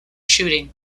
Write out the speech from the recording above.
shooting